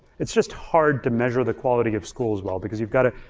it's just hard to measure the quality of schools well because you've gotta,